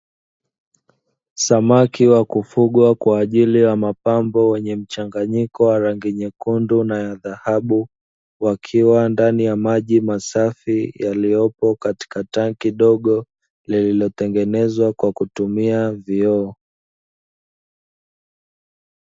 Samaki wa kufugwa kwa ajili ya mapambo wenye mchanganyiko wa rangi nyekundu na ya dhahabu, wakiwa ndani ya maji masafi yaliyopo katika tanki dogo, lililotengenezwa kwa kutumia vioo.